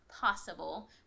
possible